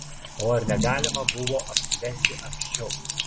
o ar negalima buvo apsivesti anksčiau